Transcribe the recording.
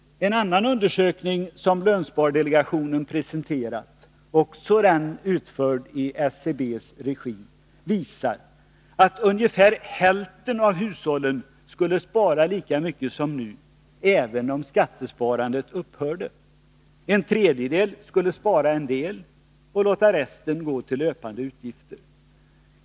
En annan undersökning som lönspardelegationen presenterat, också den utförd i SCB:s regi, visar att ungefär hälften av hushållen skulle spara lika mycket som nu även om skattesparandet upphörde och att en tredjedel skulle spara en del och låta resten gå till löpande utgifter.